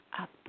up